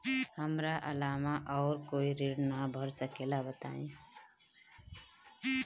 हमरा अलावा और कोई ऋण ना भर सकेला बताई?